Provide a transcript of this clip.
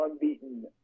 unbeaten